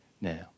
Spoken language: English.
now